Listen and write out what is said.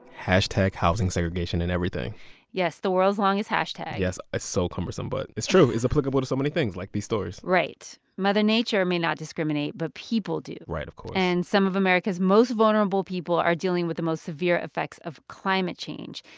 housingsegregationineverything yes, the world's longest hashtag yes. it's ah so cumbersome, but it's true. it's applicable to so many things, like these stories right. mother nature may not discriminate, but people do right, of course and some of america's most vulnerable people are dealing with the most severe effects of climate change.